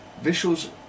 Visual's